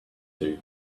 two